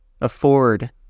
afford